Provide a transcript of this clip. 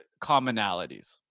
commonalities